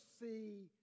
see